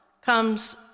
comes